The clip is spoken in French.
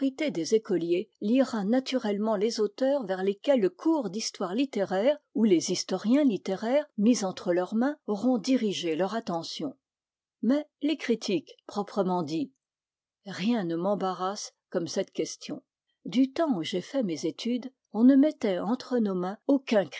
des écoliers lira naturellement les auteurs vers lesquels le cours d'histoire littéraire ou les historiens littéraires mis entre leurs mains auront dirigé leur attention mais les critiques proprement dits rien ne m'embarrasse comme cette question du temps où j'ai fait mes études on ne mettait entre nos mains aucun